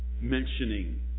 mentioning